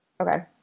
Okay